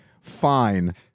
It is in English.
fine